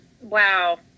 Wow